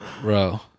Bro